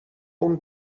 اون